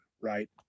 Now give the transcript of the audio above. right